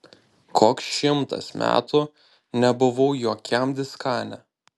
koks šimtas metų nebuvau jokiam diskane